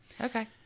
Okay